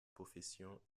profession